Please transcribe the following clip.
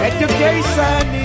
Education